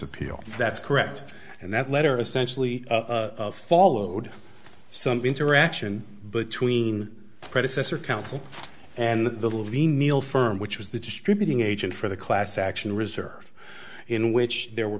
appeal that's correct and that letter essentially followed some interaction between predecessor counsel and the levine neil firm which was the distributing agent for the class action reserve in which there were